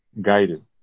guided